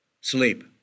sleep